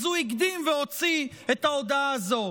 אז הוא הקדים והוציא את ההודעה הזו.